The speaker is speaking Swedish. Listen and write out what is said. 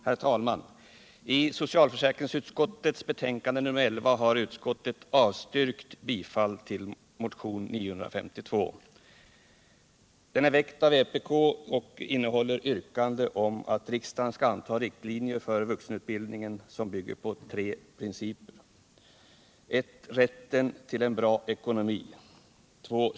Herr talman! I socialförsäkringsutskottets betänkande nr 11 har utskottet avstyrkt bifall till motionen 952. Den är väckt av vpk och innehåller yrkande om att riksdagen skall anta riktlinjer för vuxenutbildningen som bygger på tre principer: 2.